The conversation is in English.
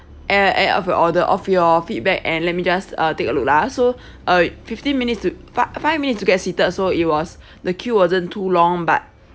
eh eh of your order of your feedback and let me just uh take a look lah ah so uh fifteen minutes to fi~ five minutes to get seated so it was the queue wasn't too long but